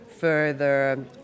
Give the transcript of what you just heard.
further